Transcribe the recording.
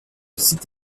site